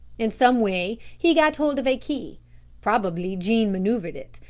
in some way he got hold of a key probably jean manoeuvred it.